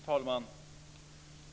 Fru talman!